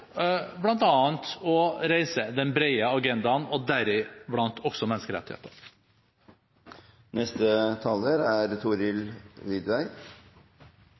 å reise den brede agendaen, deriblant også